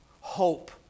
hope